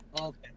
Okay